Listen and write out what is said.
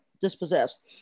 dispossessed